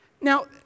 Now